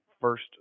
first